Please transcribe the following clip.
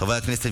חברי הכנסת,